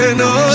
no